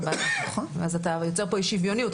ואז אתה יוצר פה אי שוויוניות.